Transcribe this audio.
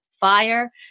fire